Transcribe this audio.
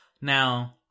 Now